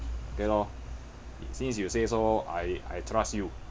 okay lor since you say so I I trust you